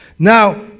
Now